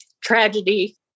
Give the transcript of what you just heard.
tragedy